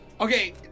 Okay